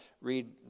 read